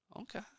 Okay